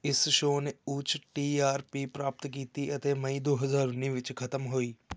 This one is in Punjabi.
ਇਸ ਸ਼ੋਅ ਨੇ ਉੱਚ ਟੀ ਆਰ ਪੀ ਪ੍ਰਾਪਤ ਕੀਤੀ ਅਤੇ ਮਈ ਦੋ ਹਜ਼ਾਰ ਉੱਨੀ ਵਿੱਚ ਖਤਮ ਹੋਈ